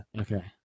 okay